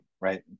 right